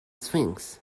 sphinx